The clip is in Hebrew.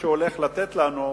שהוא הולך לתת לנו,